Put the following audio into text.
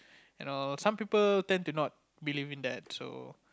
you know some people tend to not believe in that so